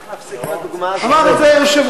מי אמר את זה?